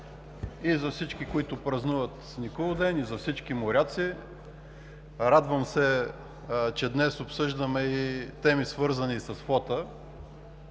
и за всички, които празнуват Никулден, и за всички моряци. Радвам се, че днес обсъждаме и тези, свързани с флота.